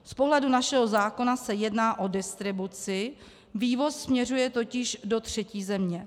Z pohledu našeho zákona se jedná o distribuci, vývoz směřuje totiž do třetí země.